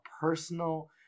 personal